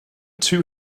two